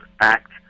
act